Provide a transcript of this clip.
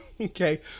okay